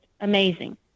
amazing